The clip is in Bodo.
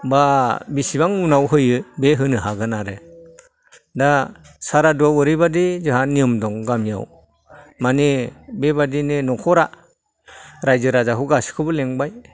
बा बिसिबां उनाव होयो बे होनो हागोन आरो दा सारादुआव ओरैबायदि जोंहा नियम दं गामियाव माने बेबायदिनो न'खरा रायजो राजाखौ गासिखौबो लेंबाय